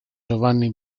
giovanni